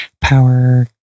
power